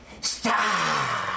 Stop